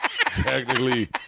Technically